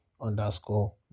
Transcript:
underscore